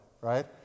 right